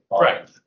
Right